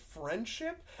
friendship